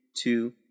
two